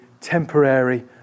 temporary